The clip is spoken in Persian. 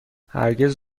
هرگز